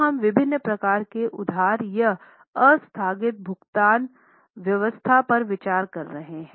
तो हम विभिन्न प्रकार के उधार या आस्थगित भुगतान व्यवस्था पर विचार कर रहे हैं